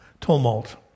tumult